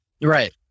Right